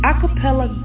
Acapella